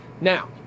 Now